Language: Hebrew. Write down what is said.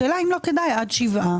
השאלה אם לא כדאי עד שבעה.